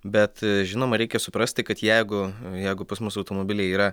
bet žinoma reikia suprasti kad jeigu jeigu pas mus automobilyje yra